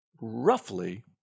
roughly